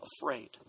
afraid